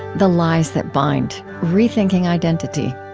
the lies that bind rethinking identity